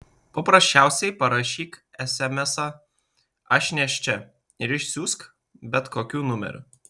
paprasčiausiai parašyk esemesą aš nėščia ir išsiųsk bet kokiu numeriu